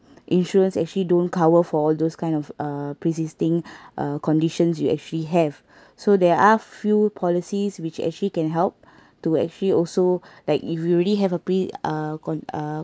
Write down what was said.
insurance actually don't cover for all those kind of uh preexisting conditions you actually have so there are few policies which actually can help to actually also like if you already have a pre ah con~ ah